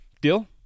Deal